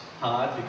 hard